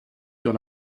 sur